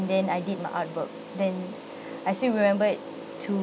then I did my art work then I still remembered to